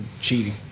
cheating